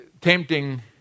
tempting